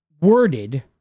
worded